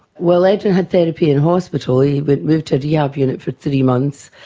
well, edwyn had therapy in hospital, he but moved to a rehab unit for three months,